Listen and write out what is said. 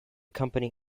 company